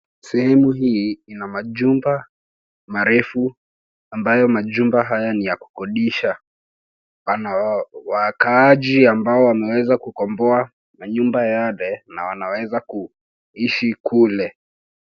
Sehemu hii ina majumba marefu ambayo majumba hayo ni ya kukodisha. Wakaaji ambao wanaweza kukomboa manyumba yale na kuishi kule.